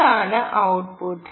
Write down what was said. ഇതാണ് ഔട്ട്പുട്ട്